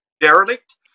derelict